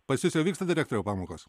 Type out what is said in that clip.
pas jus jau vyksta direktoriau pamokos